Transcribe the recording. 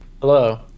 Hello